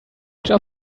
job